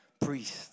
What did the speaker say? priest